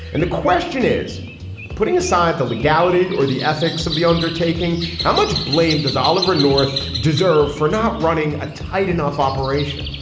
and the question is putting aside the legality or the ethics of the undertaking. how much blame does oliver north deserve for not running a tight. operation